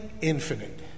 infinite